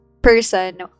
person